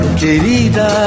querida